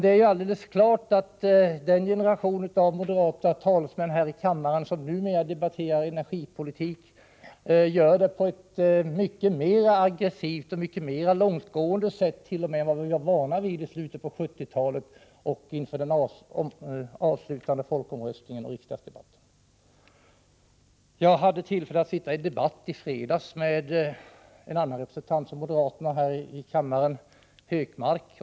Det är klart att den generation av moderater som numera debatterar energipolitik här i kammaren gör det på ett mycket mera aggressivt och mycker mera långtgående sätt än vad vi var vana vidt.o.m. i slutet av 1970-talet inför den avslutande folkomröstningen och riksdagsdebatten. Jag hade tillfälle att i fredags delta i en debatt med en annan representant för riksdagsmoderaterna, Gunnar Hökmark.